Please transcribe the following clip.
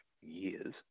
years